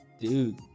Dude